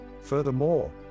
Furthermore